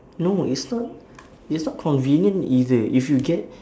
no it's not it's not convenient either if you get